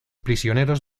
prisioneros